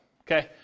okay